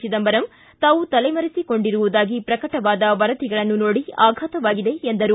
ಚಿದಂಬರಂ ತಾವು ತಲೆ ಮರೆಸಿಕೊಂಡಿರುವುದಾಗಿ ಪ್ರಕಟವಾದ ವರದಿಗಳನ್ನು ನೋಡಿ ಆಘಾತವಾಗಿದೆ ಎಂದರು